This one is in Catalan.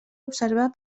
observar